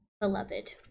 Beloved